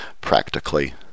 practically